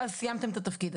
סיימתם את התפקיד.